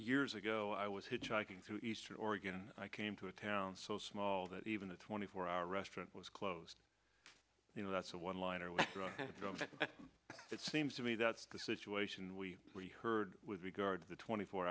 years ago i was hitchhiking through eastern oregon i came to a town so small that even a twenty four hour restaurant was closed you know that's a one liner that seems to me that's the situation we heard with regard to the twenty four